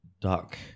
duck